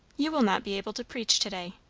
you will not be able to preach to-day,